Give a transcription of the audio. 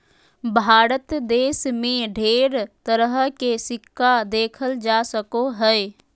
भारत देश मे ढेर तरह के सिक्का देखल जा सको हय